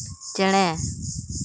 ᱪᱮᱬᱮ